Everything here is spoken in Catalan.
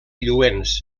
lluents